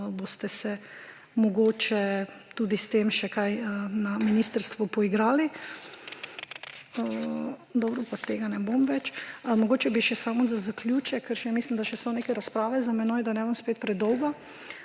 boste mogoče tudi s tem še kaj na ministrstvu poigrali. Dobro, tega ne bom več. Mogoče bi še samo za zaključek, ker mislim, da so še neke razprave za menoj, da ne bom spet predolga.